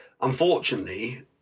unfortunately